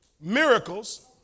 miracles